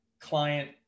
client